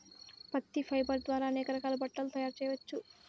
పత్తి ఫైబర్ ద్వారా అనేక రకాల బట్టలు తయారు చేయచ్చు